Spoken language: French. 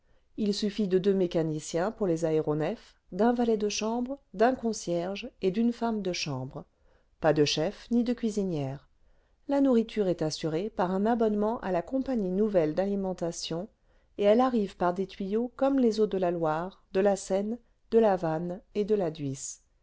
h suffit de deux mécaniciens pour les aéronefs d'un valet de chambre d'un concierge et d'une femme de chambre pas de chef ni de cuisinière la nourriture est assurée par un abonnement à la compagnie nouvelle d'alile vingtième siècle mentation et ebe arrive par des tuyaux comme les eaux cle la loire de la seine de la vanne et de la